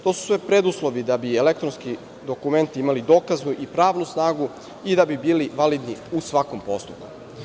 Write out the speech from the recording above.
To su sve preduslovi da bi elektronski dokumenti imali dokaznu i pravnu snagu i da bi bili validni u svakom postupku.